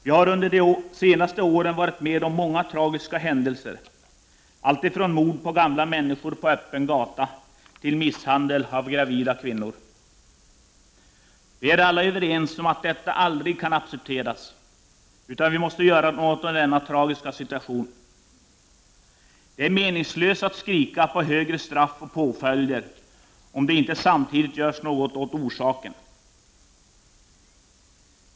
Vi har under de senaste åren varit med om många tragiska händelser, allt ifrån mord på gamla människor på öppen gata till misshandel av gravida kvinnor. Vi är alla överens om att detta aldrig kan accepteras, utan vi måste göra något åt denna tragiska situation. Det är meningslöst att skrika efter högre straff och påföljder, om det inte samtidigt görs något åt orsaken.